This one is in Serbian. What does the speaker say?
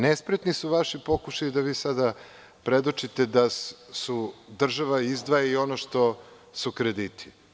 Nespretni su vaši pokušaji da vi sada predočite da država izdvaja i ono što su krediti.